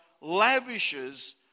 lavishes